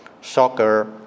soccer